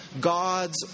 God's